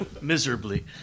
Miserably